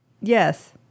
Yes